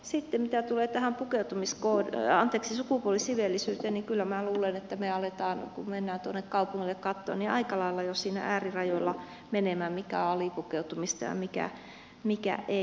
sitten mitä tulee tähän sukupuolisiveellisyyteen niin kyllä minä luulen että me alamme kun mennään tuonne kaupungille katsomaan niin aikalailla jo siinä äärirajoilla mennä mikä on alipukeutumista ja mikä ei